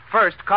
First